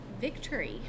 victory